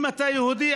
אם אתה יהודי,